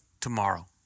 tomorrow